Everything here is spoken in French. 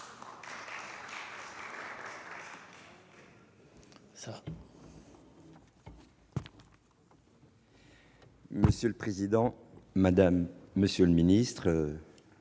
Monsieur le président, monsieur le ministre,